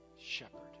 shepherd